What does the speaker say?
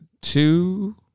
two